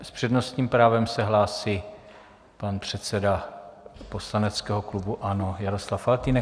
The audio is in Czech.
S přednostním právem se hlásí pan předseda poslaneckého klubu ANO Jaroslav Faltýnek.